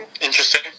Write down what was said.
Interesting